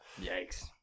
Yikes